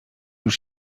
już